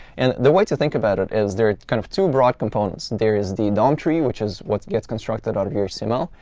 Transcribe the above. and the way to think about it is there are kind of two broad components. there is the dom tree, which is what gets constructed out of your so html,